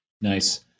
nice